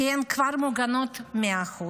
כי הן כבר מוגנות ב-100%.